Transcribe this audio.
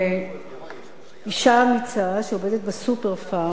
שאשה אמיצה, שעובדת ב"הום סנטר", הלכה לבג"ץ